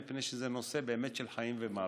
מפני שזה באמת נושא של חיים ומוות.